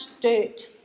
dirt